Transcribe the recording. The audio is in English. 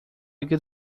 good